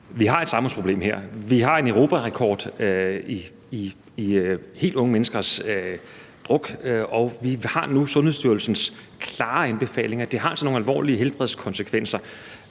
vi har et samfundsproblem her. Vi har en europarekord i helt unge menneskers druk, og vi har nu Sundhedsstyrelsens klare anbefaling om, at det altså har nogle alvorlige helbredsmæssige konsekvenser,